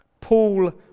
Paul